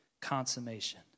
consummation